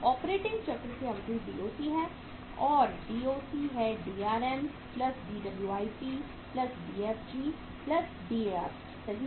operating चक्र की अवधि DOC है और DOC है DRM DWIP DFG DAR सही है